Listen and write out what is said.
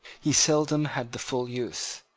he seldom had the full use.